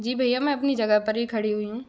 जी भैया मैं अपनी जगह पर ही खड़ी हुई हूँ